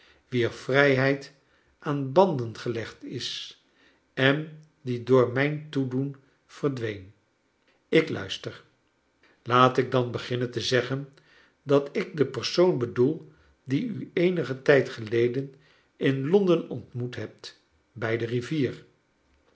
wier vrijheid aan banden gelegd is en die door mijn toedoen verdween ik luister laat ik dan beginnen te zeggen dat ik de per s oon bedoel dien u eenigen tijd geleden in londen ontmoet hebt bij de rivier